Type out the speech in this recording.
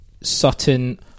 Sutton